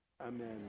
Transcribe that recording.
Amen